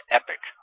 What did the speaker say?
epic